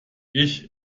ich